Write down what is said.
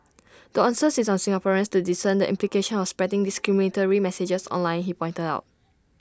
the onus is on Singaporeans to discern the implications of spreading discriminatory messages online he pointed out